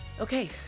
Okay